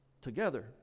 together